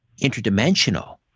interdimensional